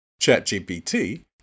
ChatGPT